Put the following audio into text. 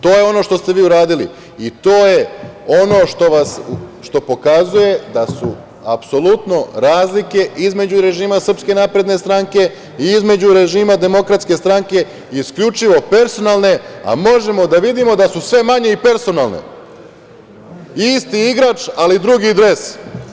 To je ono što ste vi uradili i to je ono što pokazuje da su apsolutne razlike između režima SNS i između režima DS isključivo personalne, a možemo da vidimo da su sve manje i personalne, isti igrač, ali drugi dres.